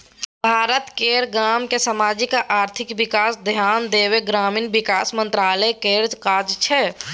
भारत केर गामक समाजिक आ आर्थिक बिकासक धेआन देब ग्रामीण बिकास मंत्रालय केर काज छै